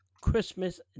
Christmas